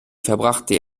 verbrachte